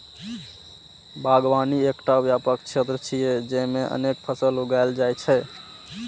बागवानी एकटा व्यापक क्षेत्र छियै, जेइमे अनेक फसल उगायल जाइ छै